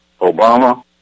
Obama